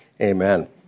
Amen